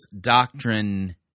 doctrine